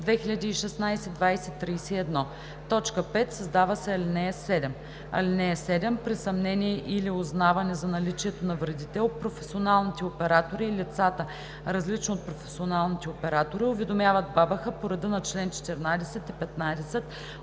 2016/2031.“ 5. Създава се ал. 7: „(7) При съмнение или узнаване за наличието на вредител професионалните оператори и лицата, различни от професионалните оператори, уведомяват БАБХ по реда на чл. 14 и 15